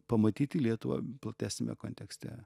pamatyti lietuvą platesniame kontekste